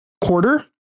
quarter